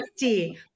50